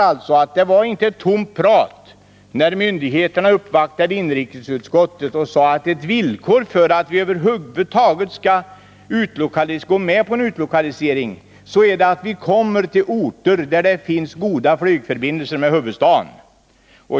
Det var alltså inte tomt prat när myndigheterna uppvaktade det dåvarande inrikesutskottet och sade, att ett huvudvillkor för att vi över huvud taget skall gå med på en utlokalisering är att vi kommer till orter där det finns goda flygförbindelser med huvudstaden.